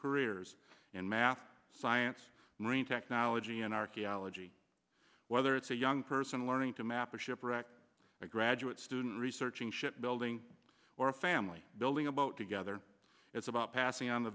careers in math science marine technology and archaeology whether it's a young person learning to map a shipwreck a graduate student researching ship building or a family building a boat together it's about passing on the